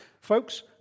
Folks